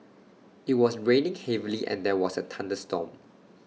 IT was raining heavily and there was A thunderstorm